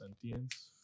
sentience